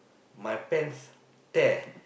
my pants tear